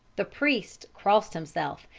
the priest crossed himself,